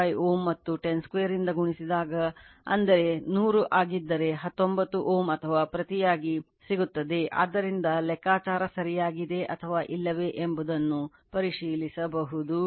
25 Ω ಮತ್ತು 10 2 ಇಂದ ಗುಣಿಸಿದಾಗ ಅಂದರೆ 100 ಆಗಿದ್ದರೆ 19 Ω ಅಥವಾ ಪ್ರತಿಯಾಗಿ ಸಿಗುತ್ತದೆ ಅದರಿಂದ ಲೆಕ್ಕಾಚಾರ ಸರಿಯಾಗಿದೆಯೆ ಅಥವಾ ಇಲ್ಲವೇ ಎಂಬುದನ್ನು ಪರಿಶೀಲಿಸಬಹುದು